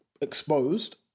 exposed